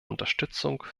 unterstützung